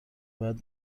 باید